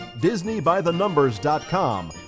DisneyByTheNumbers.com